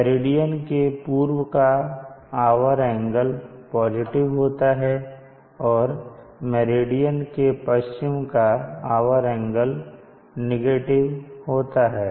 meridian के पूर्व का आवर एंगल पॉजिटिव होता है और मेरिडियन के पश्चिम का आवर एंगल नेगेटिव होता है